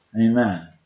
Amen